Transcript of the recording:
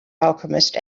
alchemist